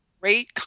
great